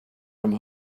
from